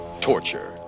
torture